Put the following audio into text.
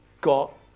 got